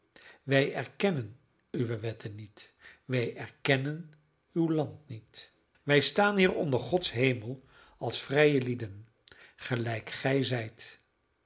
we erkennen uwe wetten niet wij erkennen uw land niet wij staan hier onder gods hemel als vrije lieden gelijk gij